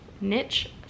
niche